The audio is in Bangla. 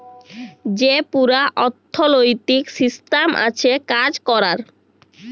যে পুরা অথ্থলৈতিক সিসট্যাম আছে কাজ ক্যরার